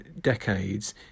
decades